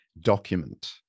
document